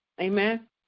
Amen